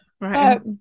Right